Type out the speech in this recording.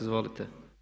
Izvolite.